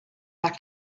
back